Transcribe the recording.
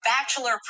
bachelor